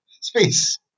space